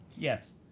Yes